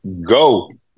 Go